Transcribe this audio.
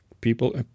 people